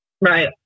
Right